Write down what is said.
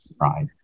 Right